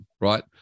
right